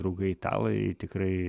draugai italai tikrai